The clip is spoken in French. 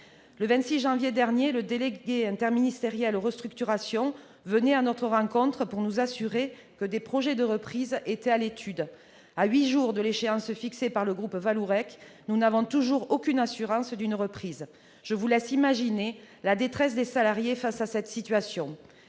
Le 26 janvier dernier, le délégué interministériel aux restructurations venait à notre rencontre pour nous assurer que des projets de reprise étaient à l'étude. À huit jours de l'échéance fixée par le groupe Vallourec, nous n'avons toujours aucune assurance d'une reprise : je vous laisse imaginer la détresse des salariés face à cette situation.